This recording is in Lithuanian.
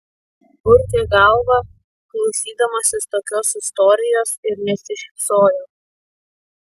purtė galvą klausydamasis tokios istorijos ir nesišypsojo